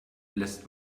lässt